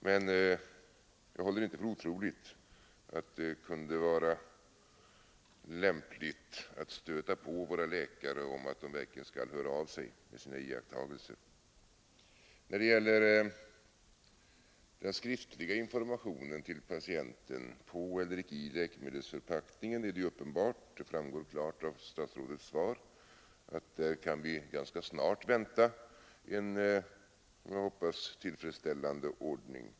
Jag håller dock inte för otroligt att det kunde vara lämpligt att stöta på våra läkare om att de verkligen skall höra av sig med sina iakttagelser. När det gäller den skriftliga informationen till patienten på eller i läkemedelsförpackningen är det ju uppenbart — det framgår helt klart av statsrådets svar — att där kan vi ganska snart vänta en som jag hoppas tillfredsställande ordning.